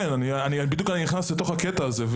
אני בדיוק נכנס לקטע הזה.